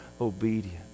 obedience